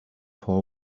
for